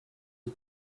who